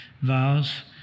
vows